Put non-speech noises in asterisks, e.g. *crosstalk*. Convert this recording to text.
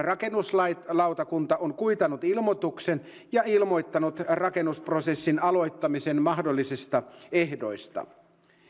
*unintelligible* rakennuslautakunta on kuitannut ilmoituksen ja ilmoittanut rakennusprosessin aloittamisen mahdollisista ehdoista